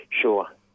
Sure